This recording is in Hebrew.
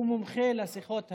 הוא מומחה לשיחות האלו.